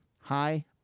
Hi